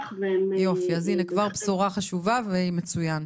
יופי, אז הנה, כבר בשורה חשובה ומצוין.